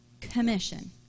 commission